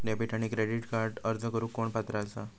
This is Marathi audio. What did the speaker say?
डेबिट आणि क्रेडिट कार्डक अर्ज करुक कोण पात्र आसा?